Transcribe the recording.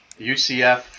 UCF